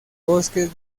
bosques